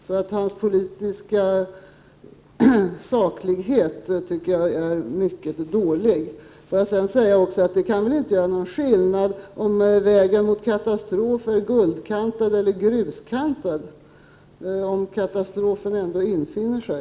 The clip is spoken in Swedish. Med Carl Fricks politiska saklighet tycker jag därför det är mycket dåligt beställt. Får jag sedan fråga: Det kan väl inte göra någon skillnad om vägen mot katastrof är guldkantad eller gruskantad, om katastrofen ändå infinner sig?